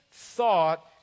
thought